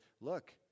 look